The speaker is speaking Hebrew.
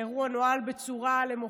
האירוע נוהל למופת.